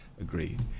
Agreed